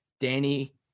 Danny